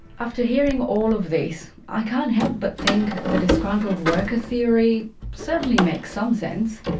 after hearing all of this, i can't help but think the disgruntled worker theory certainly makes some sense.